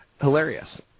hilarious